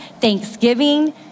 thanksgiving